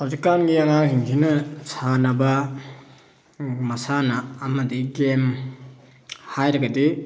ꯍꯧꯖꯤꯛꯀꯥꯟꯒꯤ ꯑꯉꯥꯡꯁꯤꯡꯁꯤꯅ ꯁꯥꯟꯅꯕ ꯃꯁꯥꯟꯅ ꯑꯃꯗꯤ ꯒꯦꯝ ꯍꯥꯏꯔꯒꯗꯤ